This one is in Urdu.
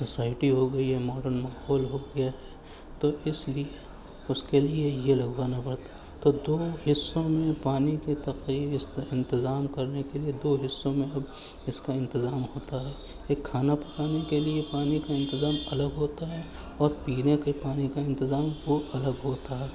سوسائٹی ہو گئی ہے ماڈرن ماحول ہو گیا ہے تو اس لیے اس کے لیے یہ لگوانا پڑتا ہے تو دو حصوں میں پانی کے تقریب انتظام کرنے کے لیے دو حصوں میں اب اس کا انتظام ہوتا ہے ایک کھانا پکانے کے لیے پانی کا انتظام الگ ہوتا ہے اور پینے کے پانی کا انتظام وہ الگ ہوتا ہے